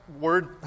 word